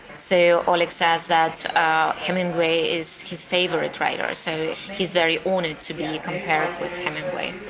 so oleg says that hemingway is his favorite writer. so he's very honored to be compared with hemingway.